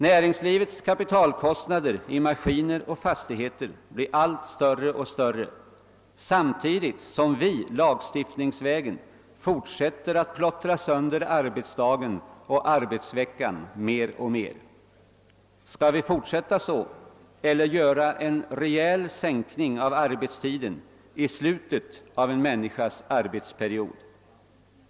Näringslivets kapitalkostnader för maskiner och fastigheter blir allt större samtidigt som vi lagstiftningsvägen fortsätter att plottra sönder arbetsdagen och arbetsveckan. Skall vi fortsätta så eller göra en rejäl sänkning av arbetstiden i slutet av en människas arbetsperiod?